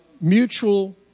mutual